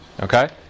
Okay